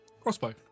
Crossbow